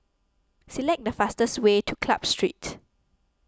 select the fastest way to Club Street